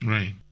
Right